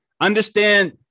understand